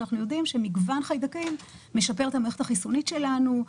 שאנחנו יודעים שמגוון חיידקים משפר את המערכת החיסונית שלנו.